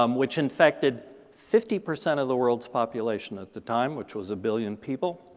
um which infected fifty percent of the world's population at the time, which was a billion people,